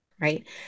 right